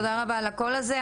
תודה רבה על הקול הזה,